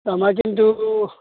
दामा खिन्थु